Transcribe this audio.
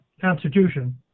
Constitution